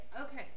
okay